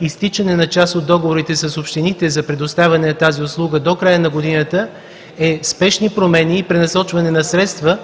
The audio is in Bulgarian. изтичане на част от договорите с общините за предоставяне на тази услуга до края на годината, е спешни промени и пренасочване на средства